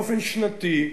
באופן שנתי,